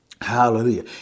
Hallelujah